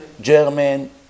German